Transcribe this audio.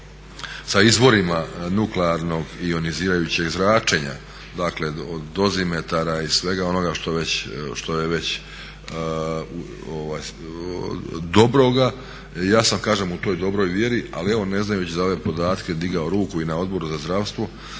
sa izvorima nuklearnog ionizirajućeg zračenja, dakle dozimetara i svega onoga što je već dobroga. Ja sam kažem u toj dobroj vjeri, ali evo ne znajući za ove podatke digao ruku i na Odboru za zdravstvo,